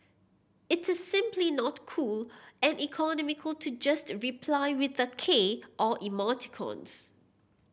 it is simply not cool and economical to just reply with a k or emoticons